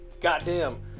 goddamn